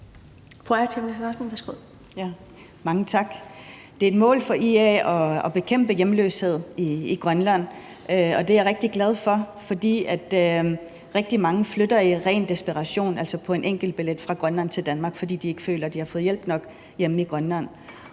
Mange tak. Det er et mål for IA at bekæmpe hjemløshed i Grønland, og det er jeg rigtig glad for, for rigtig mange flytter i ren desperation på en enkeltbillet fra Grønland til Danmark, fordi de ikke føler, at de har fået hjælp nok hjemme i Grønland.